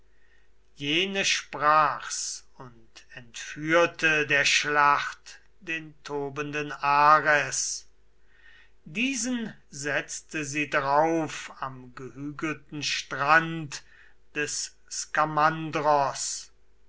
jene sprach's und entführte der schlacht den tobenden ares diesen setzte sie drauf am gehügelten strand des